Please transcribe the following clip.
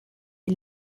est